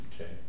Okay